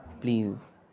please